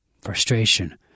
Frustration